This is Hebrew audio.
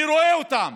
אני רואה אותם